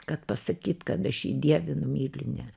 kad pasakyt kad aš jį dievinu myliu ne